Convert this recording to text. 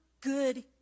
good